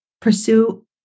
pursue